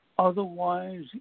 Otherwise